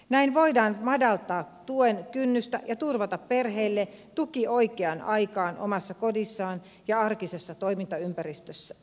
näin voidaan madaltaa tuen kynnystä ja turvata perheille tuki oikeaan aikaan omassa kodissaan ja arkisessa toimintaympäristössä